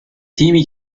تیمی